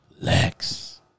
Lex